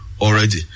already